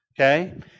Okay